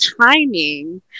timing